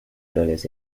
dollars